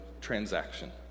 transaction